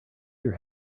your